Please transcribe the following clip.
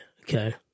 okay